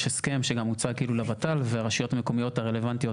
יש הסכם שגם הוצג ל-ות"ל והרשויות המקומיות הרלוונטיות,